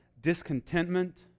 discontentment